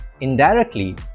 indirectly